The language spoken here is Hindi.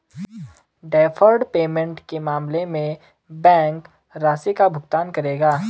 डैफर्ड पेमेंट के मामले में बैंक राशि का भुगतान करेगा